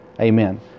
Amen